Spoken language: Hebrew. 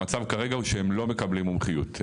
המצב כרגע הוא שהם לא מקבלים מומחיות,